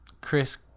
Chris